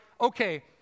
okay